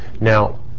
Now